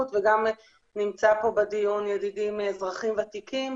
ונמצא אתנו בדיון ידידי מאזרחים ותיקים.